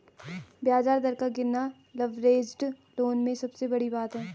ब्याज दर का गिरना लवरेज्ड लोन में सबसे बड़ी बात है